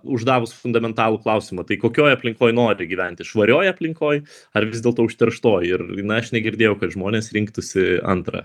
uždavus fundamentalų klausimą tai kokioj aplinkoj nori gyventi švarioj aplinkoj ar vis dėlto užterštoj ir na aš negirdėjau kad žmonės rinktųsi antrą